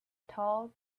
tall